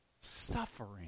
Suffering